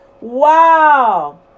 Wow